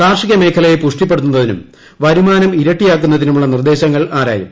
കാർഷിക മേഖലയെ പുഷ്ടിപ്പെടുത്തുന്നതിനും വരുമാനം ഇരട്ടിയാക്കുന്നതിനുമുള്ള നിർദ്ദേശങ്ങൾ ആരായും